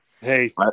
Hey